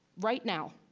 right now.